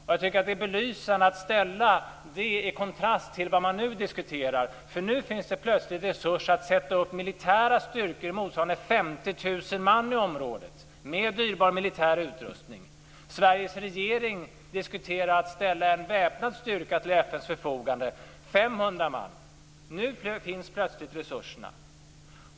Jag tycker att det är belysande att ställa det i kontrast till vad man nu diskuterar, för nu finns det plötsligt resurser att sätta upp militära styrkor motsvarande 50 000 man i området, med dyrbar militär utrustning. Sveriges regering diskuterar att ställa en väpnad styrka på 500 man till FN:s förfogande. Nu finns plötsligt resurserna.